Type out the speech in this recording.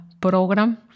program